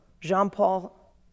Jean-Paul